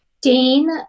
Dane